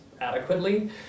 adequately